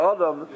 Adam